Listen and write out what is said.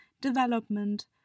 development